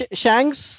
shanks